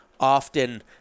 often